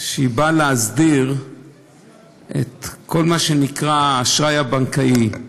והיא נועדה להסדיר את כל מה שנקרא האשראי הבנקאי.